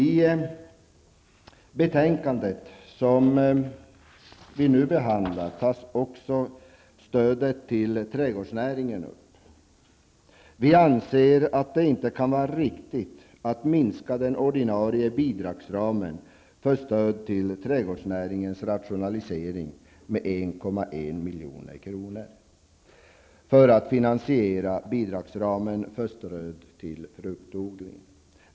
I betänkandet som vi nu behandlar tas också stödet till trädgårdsnäringen upp. Vi anser att det inte kan vara riktigt att minska den ordinarie bidragsramen för stöd till trädgårdsnäringens rationalisering med 1,1 milj.kr. för att finansiera bidragsramen för stöd till fruktodlingen.